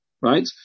right